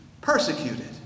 persecuted